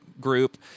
group